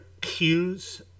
cues